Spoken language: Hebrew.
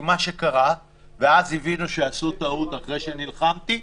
אז הבינו שעשו טעות אחרי שנלחמתי.